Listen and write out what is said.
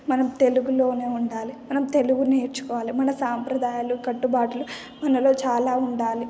మనం తెలుగులోనే ఉండాలి మనం తెలుగు నేర్చుకోవాలి మన సాంప్రదాయాలు కట్టుబాట్లు మనలో చాలా ఉండాలి